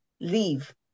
leave